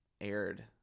aired